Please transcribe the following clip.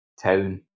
town